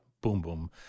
boom-boom